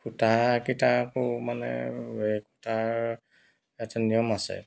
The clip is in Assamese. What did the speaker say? খুটাকিটা আকৌ মানে তাৰ এটা নিয়ম আছে